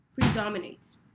predominates